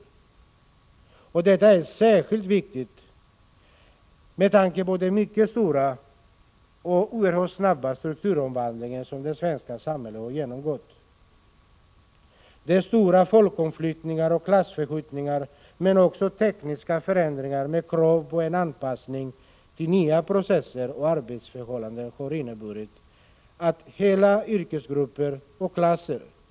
Detta är särskilt viktigt med tanke på den mycket stora och oerhört snabba strukturomvandling som det svenska samhället har genomgått. Denna har medfört stora folkomflyttningar och klassförskjutningar men också tekniska förändringar med krav på en anpassning till nya processer och arbetsförhållanden, som har inneburit att hela yrkesgrupper och klasser —t.ex.